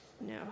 No